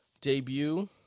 debut